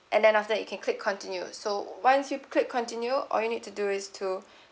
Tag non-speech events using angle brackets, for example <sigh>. and then after you can click continue so once you click continue all you need to do is to <breath>